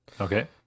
Okay